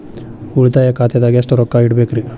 ಉಳಿತಾಯ ಖಾತೆದಾಗ ಎಷ್ಟ ರೊಕ್ಕ ಇಡಬೇಕ್ರಿ?